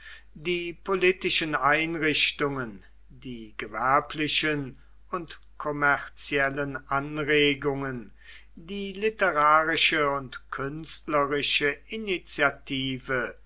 die politischen einrichtungen die gewerblichen und kommerziellen anregungen die literarische und künstlerische initiative